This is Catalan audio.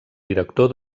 director